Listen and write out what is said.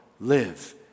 live